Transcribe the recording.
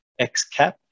XCAP